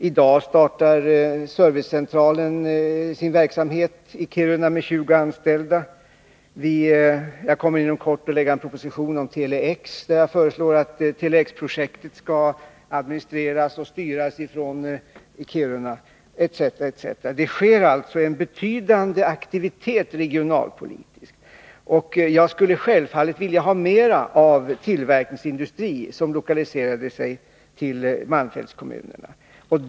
I dag startar servicecentralen sin verksamhet i Kiruna med 20 anställda. Jag kommer inom kort att lägga fram en proposition om Tele-X, där jag föreslår att Tele-X-projektet skall administreras och styras från Kiruna etc. Det är alltså en betydande aktivitet regionalpolitiskt. Jag skulle självfallet vilja ha mera av tillverkningsindustri som lokaliserade sig till malmfältskommunerna.